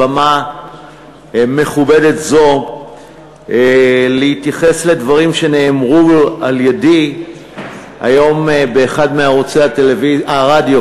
במה מכובדת זו להתייחס לדברים שנאמרו על-ידי היום באחד מערוצי הרדיו,